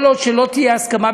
כל עוד לא תהיה הסכמה,